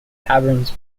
taverns